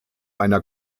einer